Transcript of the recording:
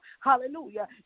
Hallelujah